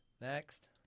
Next